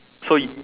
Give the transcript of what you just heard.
so you